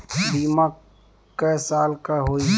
बीमा क साल क होई?